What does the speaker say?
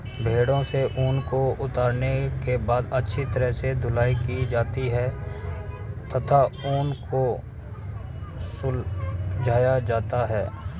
भेड़ों से ऊन को उतारने के बाद अच्छी तरह से धुलाई की जाती है तथा ऊन को सुलझाया जाता है